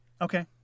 Okay